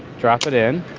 drop it in,